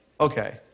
okay